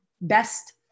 best